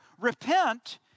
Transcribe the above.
repent